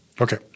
Okay